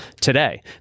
today